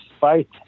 fight